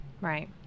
Right